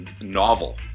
novel